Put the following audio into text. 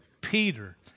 Peter